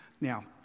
Now